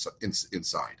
inside